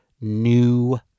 new